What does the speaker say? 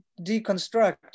deconstruct